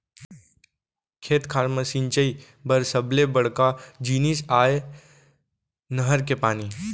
खेत खार म सिंचई बर सबले बड़का जिनिस आय नहर के पानी